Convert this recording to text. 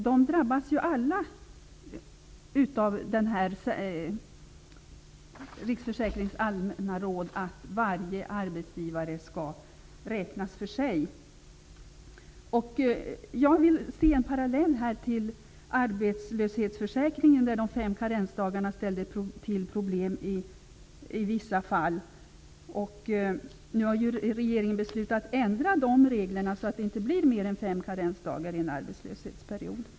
De drabbas alla av Riksförsäkringsverkets allmänna råd att varje arbetsgivare skall räknas för sig. Jag ser här en parallell till arbetslöshetsförsäkringen där de fem karensdagarna ställde till problem i vissa fall. Nu har ju regeringen beslutat att ändra de reglerna så att det inte blir fler än fem karensdagar i en arbetslöshetsperiod.